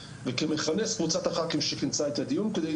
וכמכנס קבוצת הח"כים שכינסה את הדיון כדי